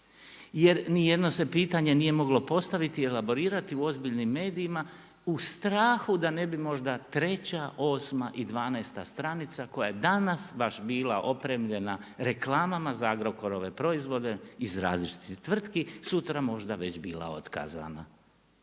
Jer, ni jedno se pitanje nije moglo postaviti i elaborirati u ozbiljnim medijima u strahu da ne bi možda treća, osma i dvanaesta stranica, koja je danas baš bila opremljena reklamama za Agrokorove proizvode iz različitih tvrtki, sutra možda već bila otkazana.